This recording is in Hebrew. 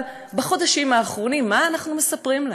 אבל בחודשים האחרונים, מה אנחנו מספרים להם,